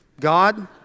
God